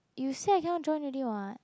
you say I cannot join already [what]